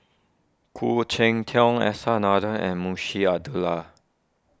Khoo Cheng Tiong S R Nathan and Munshi Abdullah